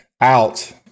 out